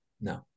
no